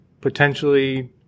potentially